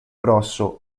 grosso